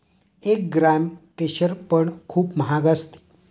एक ग्राम केशर पण खूप महाग असते